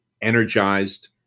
energized